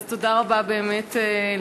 אז תודה רבה באמת לך,